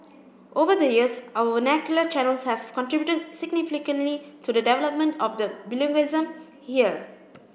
over the years our vernacular channels have contributed significantly to the development of the bilingualism here